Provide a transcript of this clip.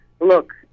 look